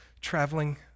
traveling